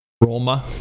Roma